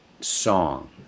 song